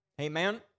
Amen